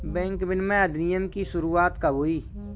Bank विनियमन अधिनियम की शुरुआत कब हुई?